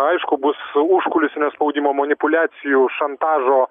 aišku bus užkulisinio spaudimo manipuliacijų šantažo